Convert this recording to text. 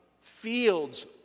fields